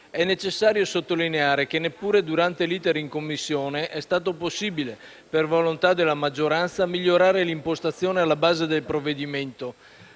È necessario sottolineare che neppure durante l'*iter* in Commissione è stato possibile, per volontà della maggioranza, migliorare l'impostazione alla base del provvedimento,